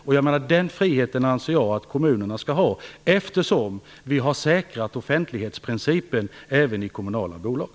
Den friheten att bestämma anser jag att kommunerna skall ha, eftersom vi har säkrat offentlighetsprincipen även i kommunala bolag.